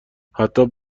خطاب